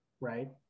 right